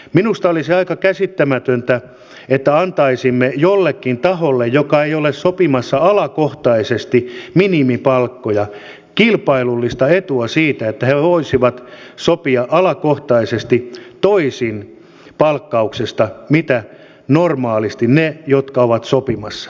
minusta olisi aika käsittämätöntä että antaisimme joillekin tahoille jotka eivät ole sopimassa alakohtaisesti minimipalkkoja kilpailullista etua siitä että he voisivat sopia alakohtaisesti toisin palkkauksesta kuin ne jotka ovat normaalisti sopimassa